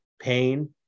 pain